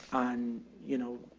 on, you know,